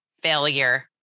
failure